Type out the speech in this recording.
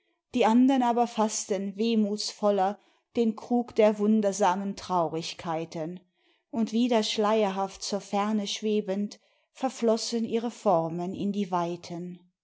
die andern aber faßten wehmutsvoller den krug der wundersamen traurigkeiten und wieder schleierhaft zur ferne schwebend verflossen ihre formen in die weiten